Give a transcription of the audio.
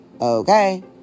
Okay